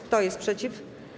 Kto jest przeciw?